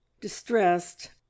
distressed